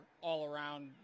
all-around